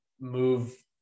move